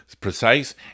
precise